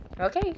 Okay